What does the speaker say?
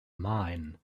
mine